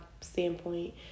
standpoint